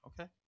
Okay